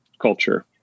culture